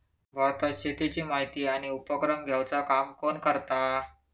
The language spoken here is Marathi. भारतात शेतीची माहिती आणि उपक्रम घेवचा काम कोण करता?